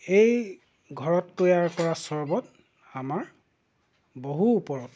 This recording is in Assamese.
এই ঘৰত তৈয়াৰ কৰা চৰবত আমাৰ বহু ওপৰত